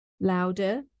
louder